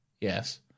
yes